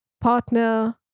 partner